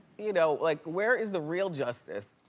you know like where is the real justice?